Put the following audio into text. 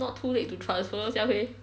not too late to transfer xia hui